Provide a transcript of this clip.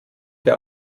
der